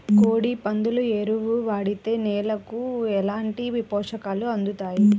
కోడి, పందుల ఎరువు వాడితే నేలకు ఎలాంటి పోషకాలు అందుతాయి